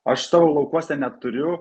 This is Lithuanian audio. aš savo laukuose neturiu